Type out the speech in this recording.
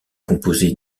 composée